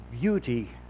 beauty